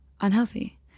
unhealthy